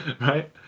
right